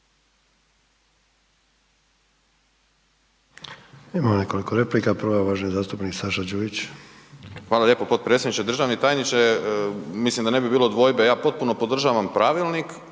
Imamo nekoliko replika. Prva je uvaženi zastupnik Saša Đujić. **Đujić, Saša (SDP)** Hvala lijepo potpredsjedniče. Državni tajniče, mislim da ne bi bilo dvojbe, ja potpuno podržavam Pravilnik